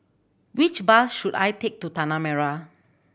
which bus should I take to Tanah Merah